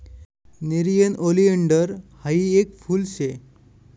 nerium oleander हायी येक फुल शे